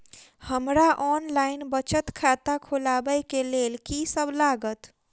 हमरा ऑनलाइन बचत खाता खोलाबै केँ लेल की सब लागत?